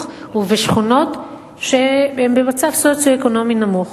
ובשכונות שהם במצב סוציו-אקונומי נמוך.